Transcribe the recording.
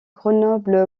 grenoble